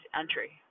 entry